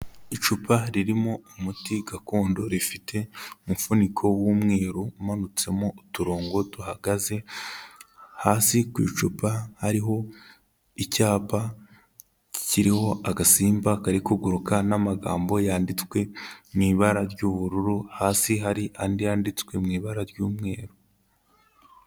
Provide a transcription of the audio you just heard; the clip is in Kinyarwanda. Icupa ririmo umuti gakondo, rifite umufuniko w'umweru umanutsemo uturongo duhagaze, hasi ku icupa hariho icyapa kiriho agasimba kari kuguruka n'amagambo yanditswe mu ibara ry'ubururu, hasi hari andi yanditswe mu ibara ry'umweru.